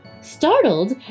Startled